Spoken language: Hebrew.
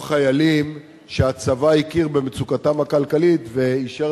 או חיילים שהצבא הכיר במצוקתם הכלכלית ואישר